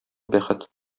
бәхет